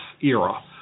era